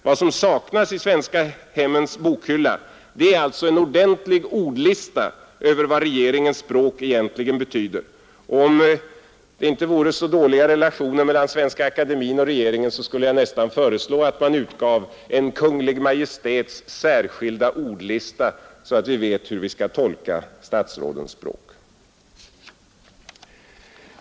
Vad som saknas i de svenska hemmens bokhylla är alltså en ordentlig ordlista över vad regeringens språk egentligen betyder. Om det inte vore så dåliga relationer mellan Svenska akademien och regeringen skulle jag nästan föreslå att man utgav en Kungl. Maj:ts särskilda ordlista så att vi vet hur vi skall tolka statsrådens språk.